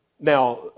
Now